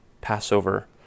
Passover